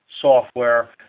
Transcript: software